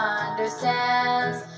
understands